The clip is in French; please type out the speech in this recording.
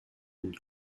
une